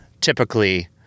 typically